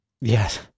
Yes